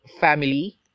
Family